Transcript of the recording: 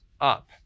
up